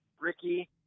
Ricky